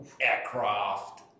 aircraft